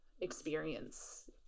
experience